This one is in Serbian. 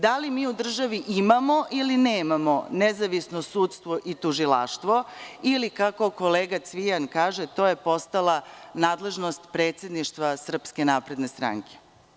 Da li mi u državi imamo ili nemamo nezavisno sudstvo i tužilaštvo ili, kako kolega Cvijan kaže, to je postala nadležnost predsedništva SNS?